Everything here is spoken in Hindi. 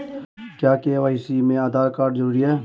क्या के.वाई.सी में आधार कार्ड जरूरी है?